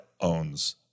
owns